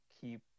keep